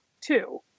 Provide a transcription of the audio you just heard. two